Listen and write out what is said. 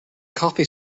coffee